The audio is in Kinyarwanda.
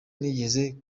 nigeze